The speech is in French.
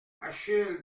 achille